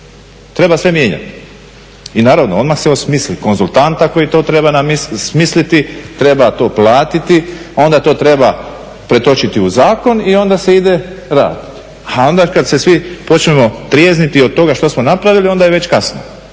treba sve mijenjati. I naravno odmah se osmisli konzultanta koji to treba smisliti, treba to platiti a onda to treba pretočiti u zakon i onda se ide rad. A onda kada se svi počnemo trijezniti od toga što smo napravili onda je već kasno.